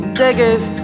diggers